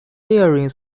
daring